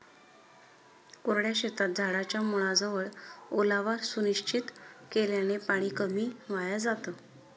कोरड्या शेतात झाडाच्या मुळाजवळ ओलावा सुनिश्चित केल्याने पाणी कमी वाया जातं